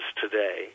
today